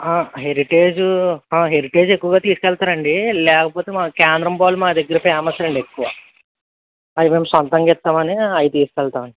heritage Heritage ఎక్కువగా తీసుకు వెళ్తారండి లేకపోతే మా కేంద్రం పాలు మా దగ్గర ఫేమస్ అండి ఎక్కువ అవి మేము సొంతంగా ఇస్తామని అవి తీసుకు వెళ్తారు